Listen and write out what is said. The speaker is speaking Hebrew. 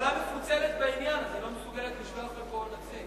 הממשלה מפוצלת בעניין אז היא לא מסוגלת לשלוח לפה נציג.